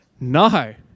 No